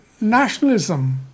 nationalism